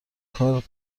کار